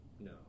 No